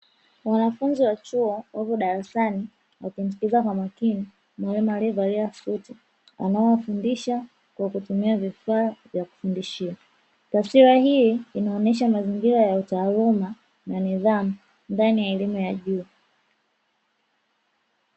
Wanafunzi wa chuo wako darasani wakimsikiliza kwa umakini mwalimu aliyevalia suti anawaofundisha kwa kutumia vifaa vya kufundishia ,taswira hii inaonesha mazingira ya utaluuma na nidhamu ndani ya elimu ya juu.